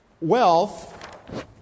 wealth